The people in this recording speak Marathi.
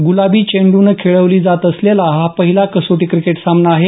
गुलाबी चेंडूनं खेळवली जात असलेला हा पहिला कसोटी क्रिकेट सामना आहे